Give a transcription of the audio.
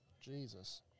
Jesus